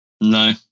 no